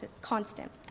constant